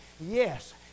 yes